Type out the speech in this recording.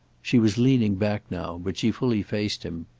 she was leaning back now, but she fully faced him.